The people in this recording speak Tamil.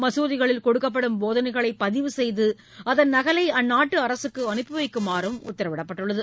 மசூதிகளில் கொடுக்கப்படும் போதனைகளை பதிவு செய்து அதன் நகலை அந்நாட்டு அரசுக்கு அனுப்பி வைக்குமாறு உத்தரவிடப்பட்டுள்ளது